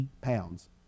pounds